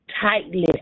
tightly